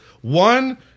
one